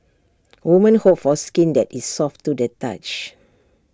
women hope for skin that is soft to the touch